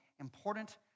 important